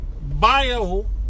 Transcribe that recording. bio